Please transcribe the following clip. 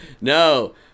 No